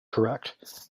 correct